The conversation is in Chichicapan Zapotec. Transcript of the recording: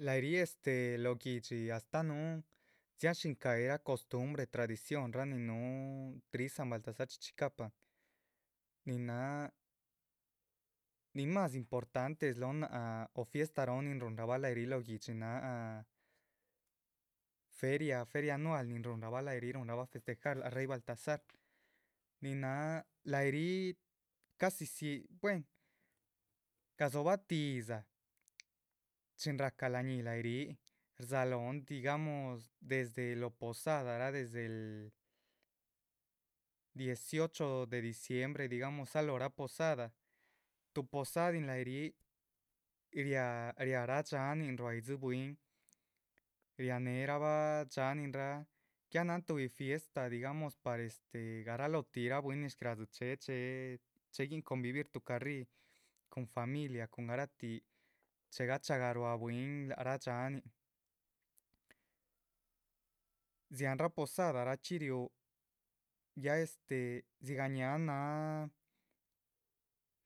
Lah yih rih lo guihdxi astáh núhun dxian shín cahyihra costumbre tradiciónraa nin núhu ríh san baltazar chichicapam, nin náha nin más importante slóhon náac. fiesta róho ni ruhunrabah lah yic lóho guidxi náha fier, feria anual nin ruhunrabah lahayi ríh festjar lája rey baltazar, nin náha lah yi ríh, casi si buehen. gadzóhobah tih yídza chin rahca la´ñi laha yih ríh, rdzáhalohon digamos desde lóho posadaraa desde el dieciocho de diciembre digamos dzalohorah posada. tuh posadin lahay ríh riáh riáhraa dxáhanin ruá yídzi bwín riahaneherabah dxáhanin raa, ya náhan tuhbi fiesta digamos par este garaloh tih ra bwín nin shcadxi chéhe. cheheguin convivir tuhbi carrí, cun familia cun garatih chehé chagaruah bwín, lac rah dxáhanin dziahanrah posada rachxí riúh ya este dzigah ñáhaan náac náh.